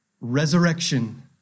resurrection